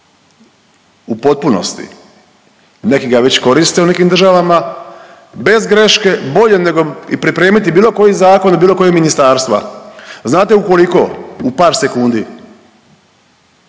u potpunosti. Neki ga već koriste u nekim državama bez greške bolje nego i pripremiti bilo koji zakon od bilo kojeg ministarstva. Znate u koliko? U par sekundi.